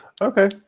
Okay